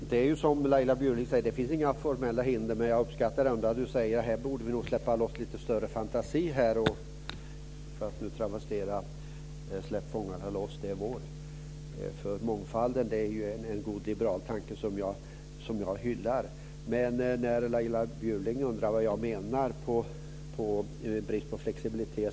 Fru talman! Det är som Laila Bjurling säger; det finns inga formella hinder. Men jag uppskattar att hon säger att vi ändå borde släppa loss lite större fantasi, för att travestera "Släpp fångarne loss, det är vår". Mångfalden är en god liberal tanke som jag hyllar. Laila Bjurling undrar vad jag menar med brist på flexibilitet.